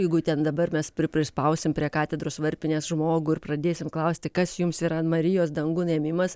jeigu ten dabar mes prispausim prie katedros varpinės žmogų ir pradėsim klausti kas jums yra marijos dangun ėmimas